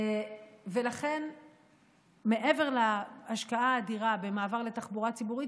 ולכן מעבר להשקעה האדירה במעבר לתחבורה ציבורית,